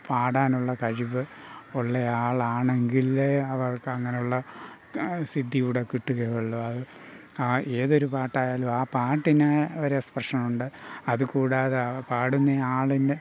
പാടാനുള്ള കഴിവ് ഉള്ള ആളാണെങ്കിലേ അവർക്ക് അങ്ങനെയുള്ള സിദ്ധി കൂടെ കിട്ടുകയുള്ളു ആ ഏതൊരു പാട്ടായാലും ആ പാട്ടിന് ഒരു എസ്പ്രഷൻ ഉണ്ട് അത് കൂടാതെ ആ പാടുന്ന ആളിന്